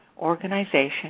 Organization